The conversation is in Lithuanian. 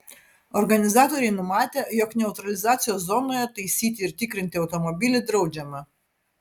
organizatoriai numatę jog neutralizacijos zonoje taisyti ar tikrinti automobilį draudžiama